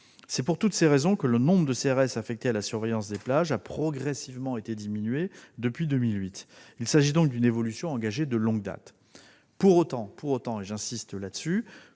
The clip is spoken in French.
C'est pour toutes ces raisons que le nombre de CRS affectés à la surveillance des plages a progressivement été diminué depuis 2008. Il s'agit donc d'une évolution engagée de longue date. Pour autant- j'y insiste -,